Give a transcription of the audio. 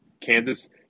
Kansas